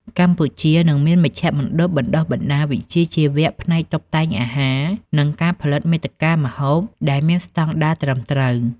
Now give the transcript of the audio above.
កម្ពុជានឹងមានមជ្ឈមណ្ឌលបណ្តុះបណ្តាលវិជ្ជាជីវៈផ្នែកតុបតែងអាហារ និងការផលិតមាតិកាម្ហូប ដែលមានស្តង់ដារត្រឹមត្រូវ។